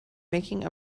making